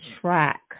track